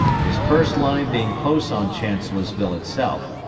his first line being close on chancellorsville itself,